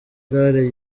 gare